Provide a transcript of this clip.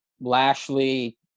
Lashley